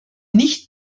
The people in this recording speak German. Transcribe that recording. nicht